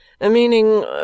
Meaning